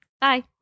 Bye